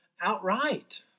outright